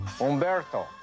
Umberto